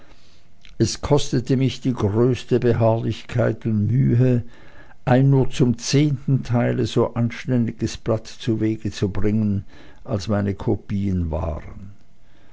es kostete mich die größte beharrlichkeit und mühe ein nur zum zehnten teile so anständiges blatt zuwege zu bringen als meine kopien waren